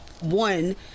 one